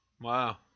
Wow